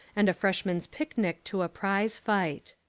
and a freshmen's picnic to a prize fight.